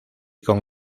con